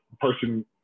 person